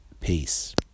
Peace